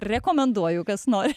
rekomenduoju kas nori